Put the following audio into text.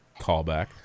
callback